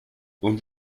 und